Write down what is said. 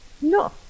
No